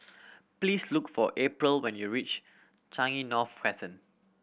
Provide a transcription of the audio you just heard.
please look for April when you reach Changi North Crescent